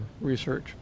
research